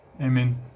Amen